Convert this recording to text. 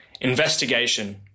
Investigation